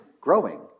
growing